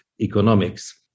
Economics